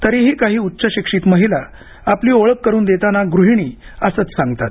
तरीही काही उच्च शिक्षित महिला आपली ओळख करुन देताना गृहिणी असंच सांगतात